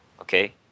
okay